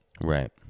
Right